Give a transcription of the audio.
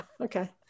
Okay